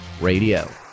radio